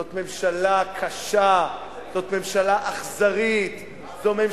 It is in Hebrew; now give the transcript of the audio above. זאת ממשלה קשה, זאת ממשלה אכזרית, אטומה.